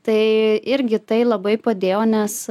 tai irgi tai labai padėjo nes